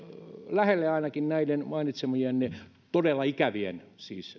lähelle ainakin näitä mainitsemianne todella ikäviä